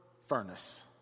furnace